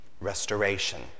Restoration